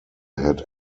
had